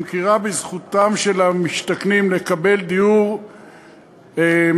מכירה בזכותם של המשתכנים לקבל דיור מקביל,